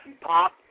Pop